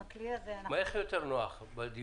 הכלי הזה חשוב במיוחד לאור העובדה שעם